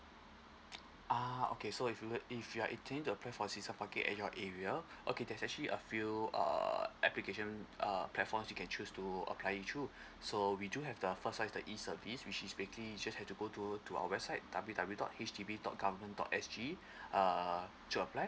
ah okay so if you're if you're eighteen to apply for season parking at your area okay there's actually a few err application uh platforms you can choose to applying through so we do have the first one is the E_service which is basically just have to go to to our website w w dot H D B dot government dot s g uh to apply